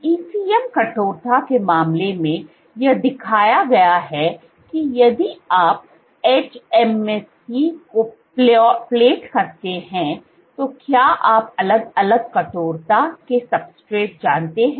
तो ECM कठोरता के मामले में यह दिखाया गया है कि यदि आप hMSC को प्लेट करतें हैं तो क्या आप अलग अलग कठोरता के सब्सट्रेट जानते हैं